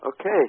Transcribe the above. Okay